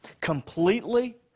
Completely